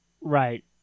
Right